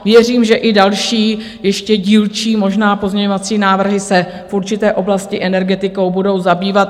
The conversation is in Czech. Věřím, že i další ještě dílčí možné pozměňovací návrhy se v určité oblasti energetikou budou zabývat.